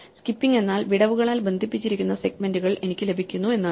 skipping എന്നാൽ വിടവുകളാൽ ബന്ധിപ്പിച്ചിരിക്കുന്ന സെഗ്മെന്റുകൾ എനിക്ക് ലഭിക്കുന്നു എന്നാണ്